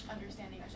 Understanding